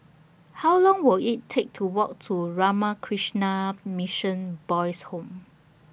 How Long Will IT Take to Walk to Ramakrishna Mission Boys' Home